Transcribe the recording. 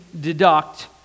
deduct